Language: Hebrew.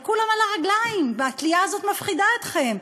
אבל כולם על הרגליים, והתלייה הזאת מפחידה אתכם.